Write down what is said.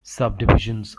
subdivisions